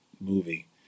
movie